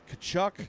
Kachuk